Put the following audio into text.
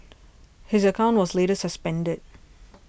his account was later suspended